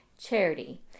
charity